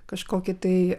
kažkokį tai